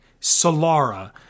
Solara